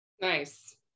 Nice